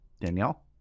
Danielle